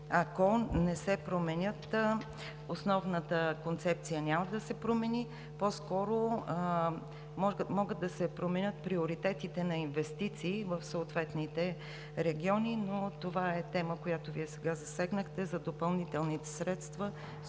ако не се променят… Основната концепция няма да се промени, по-скоро могат да се променят приоритетите на инвестиции в съответните региони. Но това е тема, която Вие сега засегнахте – за допълнителните средства,